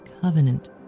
covenant